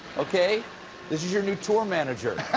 okay? this is your new tour manager.